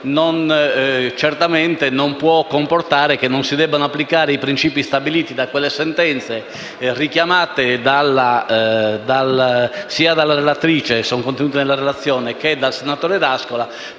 non può comportare che non si debbano applicare i principi stabiliti da quelle sentenze richiamate sia dalla relatrice (sono contenuti nella